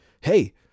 hey